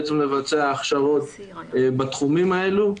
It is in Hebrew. בעצם לבצע הכשרות בתחומים האלה.